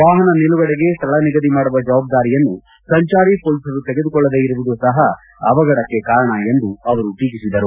ವಾಹನ ನಿಲುಗಡೆಗೆ ಸ್ವಳ ನಿಗದಿ ಮಾಡುವ ಜವಾಬ್ದಾರಿಯನ್ನು ಸಂಚಾರಿ ಮೊಲೀಸರು ತೆಗೆದುಕೊಳ್ಳದೇ ಇರುವುದು ಸಹ ಅವಘಡಕ್ಕೆ ಕಾರಣ ಎಂದು ಅವರು ಟೀಕಿಸಿದರು